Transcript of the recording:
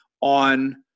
on